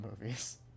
movies